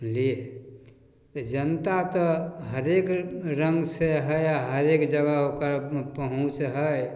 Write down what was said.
बुझलिए जनता तऽ हरेक रङ्ग से हइ हरेक जगह ओकर पहुँच हइ